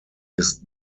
ist